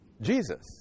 Jesus